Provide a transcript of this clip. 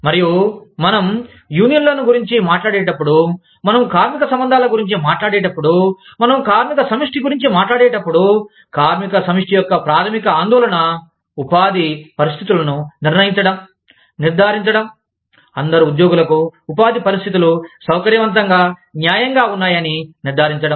మరియు మనం యూనియన్లు గురించి మాట్లాడేటప్పుడు మనం కార్మికసంబంధాల గురించి మాట్లాడేటప్పుడు మనం కార్మిక సమిష్టి గురించి మాట్లాడేటప్పుడు కార్మిక సమిష్టి యొక్క ప్రాధమిక ఆందోళన ఉపాధి పరిస్థితులను నిర్ణయించడం నిర్ధారించడం అందరు ఉద్యోగులకు ఉపాధి పరిస్థితులు సౌకర్యవంతంగా న్యాయంగా ఉన్నాయని నిర్ధారించడం